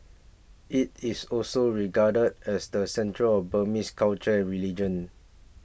it is also regarded as the centre of Burmese culture and religion